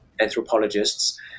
anthropologists